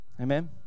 Amen